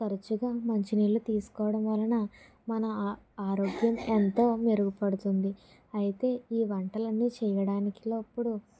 తరచుగా మంచినీళ్లు తీసుకోవడం వలన మన ఆ ఆరోగ్యం ఎంతో మెరుగు పడుతుంది అయితే ఈ వంటలన్నీ చేయడానికి అప్పుడు